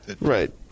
Right